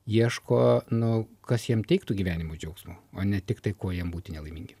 ieško nu kas jiems teiktų gyvenimo džiaugsmą o ne tiktai ko jam būti nelaimingi